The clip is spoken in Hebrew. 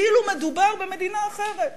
כאילו מדובר במדינה אחרת.